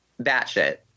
batshit